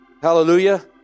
Hallelujah